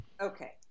Okay